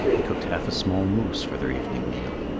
he cooked half a small moose for their evening meal.